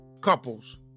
couples